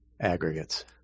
aggregates